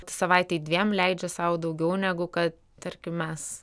savaitei dviem leidžia sau daugiau negu kad tarkim mes